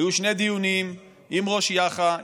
היו שני דיונים עם ראש יאח"ה,